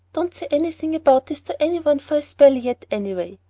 don't say anything about this to any one for a spell yet, anyway.